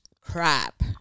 crap